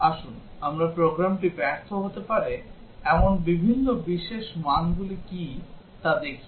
আসুন আমরা প্রোগ্রামটি ব্যর্থ হতে পারে এমন বিভিন্ন বিশেষ মানগুলি কী তা দেখি